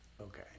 Okay